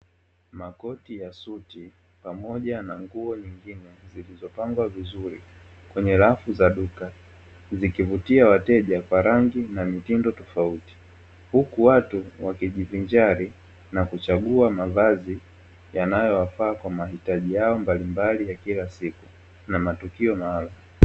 Makoti ya suti pamoja na nguo nyingine zilizopangwa vizuri kwenye rafu za duka, zikivutia wateja kwa rangi na mtindo tofauti, huku watu wakijivinjari na kuchagua mavazi yanayowafaa kwa mahitaji yao mbalimbali ya kila siku na matukio maalumu.